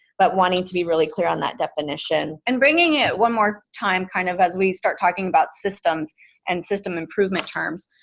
but wanting to be really clear on that definition. and bringing it one more time kind of, as we start talking about systems and system improvement terms.